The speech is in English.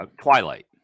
Twilight